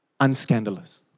unscandalous